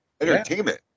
Entertainment